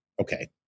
Okay